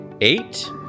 eight